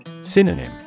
Synonym